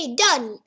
done